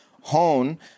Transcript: hone